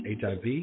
HIV